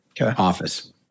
Office